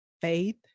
faith